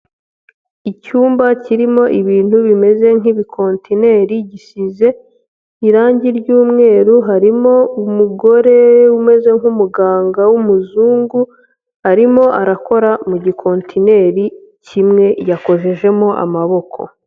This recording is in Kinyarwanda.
Icyumba kirimo ibintu bimeze nk'ibikontineri gisize irangi ry'umweru, harimo umugore umeze nk'umuganga w'umuzungu, arimo arakora mu gikontineri kimwe yakojejemo amaboko.